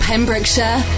Pembrokeshire